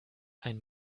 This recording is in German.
ein